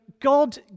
God